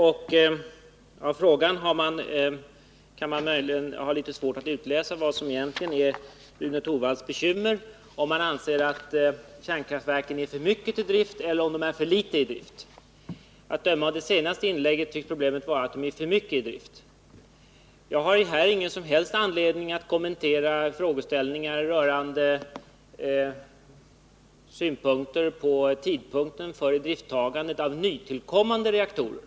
Det är en aning svårt att utläsa av frågan vad som egentligen är Rune Torwalds bekymmer — om han anser att kärnkraftverken är för mycket i drift eller att de är för litet i drift. Att döma av det senaste inlägget tycks problemet vara att de är för mycket i drift. Jag har ingen som helst anledning att nu kommentera frågeställningar rörande tidpunkten för idrifttagandet av nytillkommande reaktorer.